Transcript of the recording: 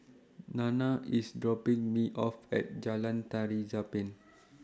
Nana IS dropping Me off At Jalan Tari Zapin